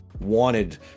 wanted